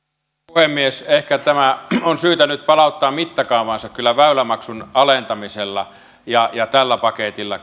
puhemies ehkä tämä on syytä nyt palauttaa mittakaavaansa kyllä väylämaksun alentamisella ja ja tällä paketilla